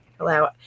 Hello